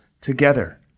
together